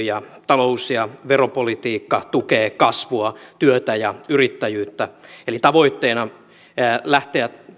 ja talous ja veropolitiikka tukee kasvua työtä ja yrittäjyyttä eli tavoitteena on lähteä